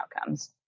outcomes